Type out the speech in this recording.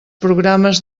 programes